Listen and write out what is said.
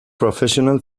professional